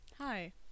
Hi